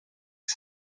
que